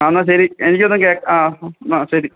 ആ എന്നാൽ ശരി എനിക്കിതൊന്നും കേൾക്ക ആ എന്നാൽ ശരി